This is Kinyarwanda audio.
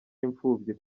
imfubyi